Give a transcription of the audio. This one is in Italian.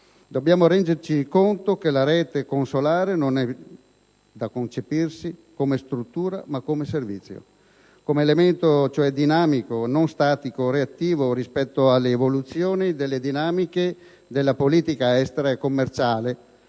Dobbiamo renderci conto che la rete consolare non è da concepirsi come "struttura" ma come "servizio", come elemento, cioè, dinamico e non statico, reattivo rispetto alle evoluzioni delle dinamiche della politica estera e commerciale